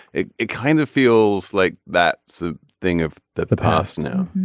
it it kind of feels like that's a thing of the the past. no.